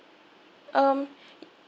um